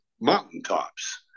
mountaintops